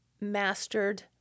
mastered